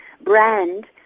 brand